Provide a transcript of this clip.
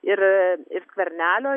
ir ir skvernelio